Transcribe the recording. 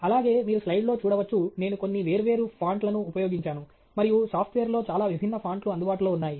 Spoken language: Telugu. అలాగే మీరు స్లైడ్లో చూడవచ్చు నేను కొన్ని వేర్వేరు ఫాంట్ లను ఉపయోగించాను మరియు సాఫ్ట్వేర్లో చాలా విభిన్న ఫాంట్లు అందుబాటులో ఉన్నాయి